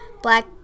Black